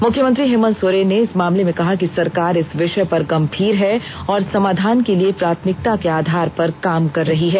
मुख्यमंत्री हेमन्त सोरेन ने इस मामले में कहा कि सरकार इस विषय पर गंभीर है और समाधान के लिए प्राथमिकता के आधार पर काम कर रही है